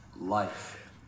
life